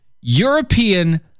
European